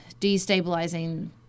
destabilizing